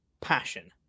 passion